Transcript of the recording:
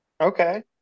Okay